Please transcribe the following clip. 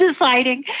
deciding